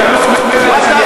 מה תעשה אתם?